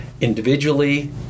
individually